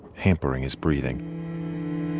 hampering his breathing